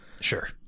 Sure